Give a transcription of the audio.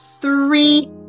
three